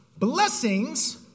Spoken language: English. Blessings